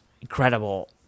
incredible